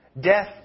death